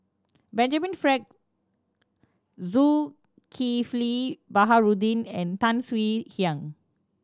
Benjamin Frank Zulkifli Baharudin and Tan Swie Hian